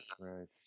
right